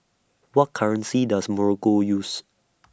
What currency Does Morocco use